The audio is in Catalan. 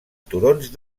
turons